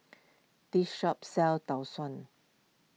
this shop sells Tau Suan